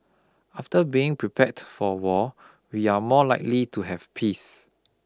after being prepared for war we are more likely to have peace